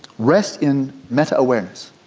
rest in meta-awareness.